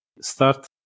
start